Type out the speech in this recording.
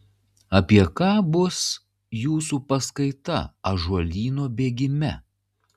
apie ką bus jūsų paskaita ąžuolyno bėgime